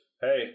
hey